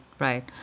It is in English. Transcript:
Right